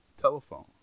telephone